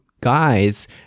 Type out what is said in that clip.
guys